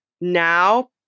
now